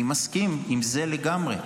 אני מסכים עם זה לגמרי,